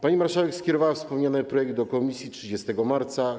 Pani marszałek skierowała wspomniany projekt do komisji 30 marca.